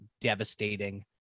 devastating